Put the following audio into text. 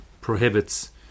prohibits